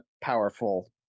powerful